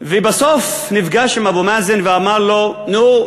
ובסוף נפגש עם אבו מאזן ואמר לו: נו,